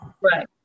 Right